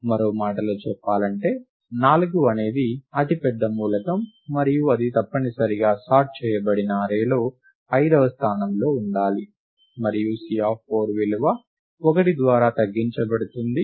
మరో మాటలో చెప్పాలంటే 4 అనేది అతిపెద్ద మూలకం మరియు ఇది తప్పనిసరిగా సార్ట్ చేయబడిన అర్రేలో ఐదవ స్థానంలో ఉండాలి మరియు C4 విలువ 1 ద్వారా తగ్గించబడుతుంది